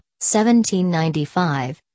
1795